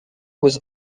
was